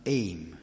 aim